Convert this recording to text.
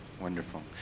Wonderful